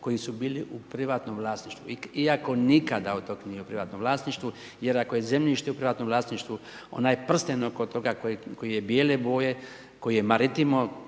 koji su bili u privatnom vlasništvu, iako nikada otok nije u privatnom vlasništvu jer ako je zemljište u privatnom vlasništvu, onaj prsten oko toga koji je bijele boje, koji je pomorsko